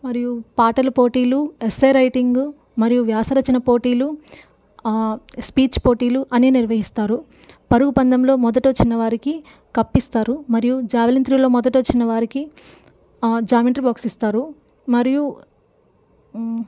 మరియు పాటల పోటీలు ఎస్సే రైటింగులు మరియు వ్యాస రచన పోటీలు స్పీచ్ పోటీలు అన్ని నిర్వహిస్తారు పరుగు పందెంలో మొదట వచ్చిన వారికి కప్ ఇస్తారు మరియు జావలిన్ త్రోలో మొదట వచ్చిన వారికి జామెట్రీ బాక్స్ ఇస్తారు మరియు